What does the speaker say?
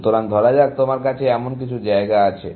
সুতরাং ধরা যাক তোমার কাছে এমন কিছু জায়গা আছে